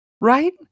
right